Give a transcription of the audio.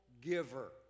giver